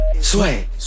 sway